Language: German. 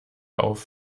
auf